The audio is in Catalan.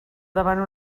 davant